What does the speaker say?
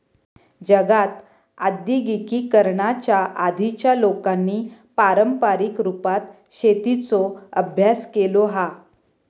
जगात आद्यिगिकीकरणाच्या आधीच्या लोकांनी पारंपारीक रुपात शेतीचो अभ्यास केलो हा